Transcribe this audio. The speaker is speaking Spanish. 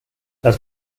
las